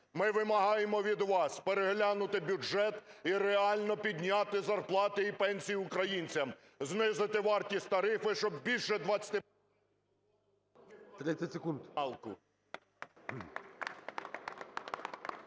Ми вимагаємо від вас переглянути бюджет і реально підняти зарплати і пенсії українцям, знизити вартість тарифів, щоб більше 20... ГОЛОВУЮЧИЙ.